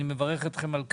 אני מברך אתכם על כך.